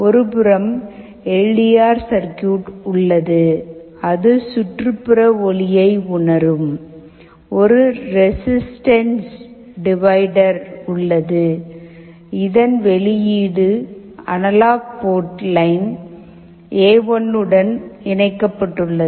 ஒருபுறம் L D R circuit உள்ளது அது சுற்றுப்புற ஒளியை உணரும் ஒரு ரெசிஸ்டன்ஸ் டிவைடெர் உள்ளது இதன் வெளியீடு அனலாக் போர்ட் லைன் எ1 உடன் இணைக்கப்பட்டுள்ளது